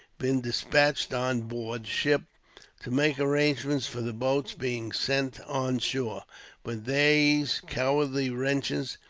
been despatched on board ship to make arrangements for the boats being sent on shore but these cowardly wretches,